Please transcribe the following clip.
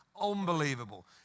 Unbelievable